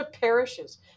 parishes